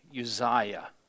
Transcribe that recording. Uzziah